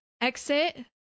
exit